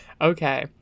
okay